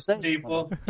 people